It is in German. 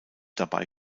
dabei